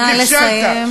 נא לסיים.